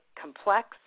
complex